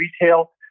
retail